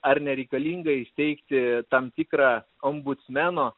ar nereikalinga įsteigti tam tikrą ombudsmeno